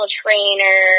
trainer